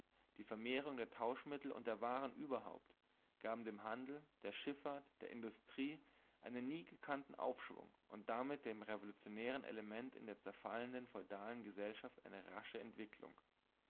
die vermehrung der tauschmittel und der waren überhaupt gaben dem handel der schiffahrt der industrie einen nie gekannten aufschwung und damit dem revolutionären element in der zerfallenden feudalen gesellschaft eine rasche entwicklung